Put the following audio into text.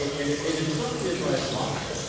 and it and it struck me as like, wow,